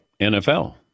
NFL